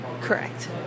Correct